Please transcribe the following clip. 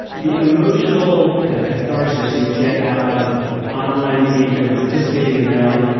the emotional kind of catharsis you get out of online engagement or participating in rally,